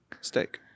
Steak